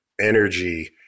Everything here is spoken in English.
energy